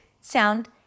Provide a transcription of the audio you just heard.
sound